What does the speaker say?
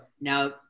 Now